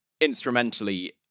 instrumentally